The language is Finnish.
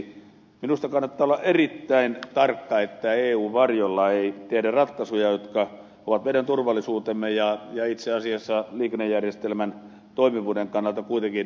minusta kannattaa olla erittäin tarkka että eun varjolla ei tehdä sellaisia haitallisia ratkaisuja jotka ovat meidän turvallisuutemme ja itse asiassa liikennejärjestelmän toimivuuden kannalta kuitenkin keskeisiä